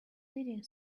leading